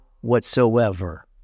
whatsoever